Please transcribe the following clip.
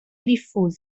diffuse